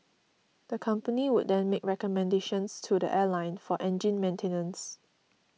the company would then make recommendations to the airline for engine maintenance